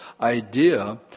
idea